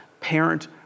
parent